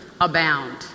abound